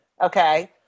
okay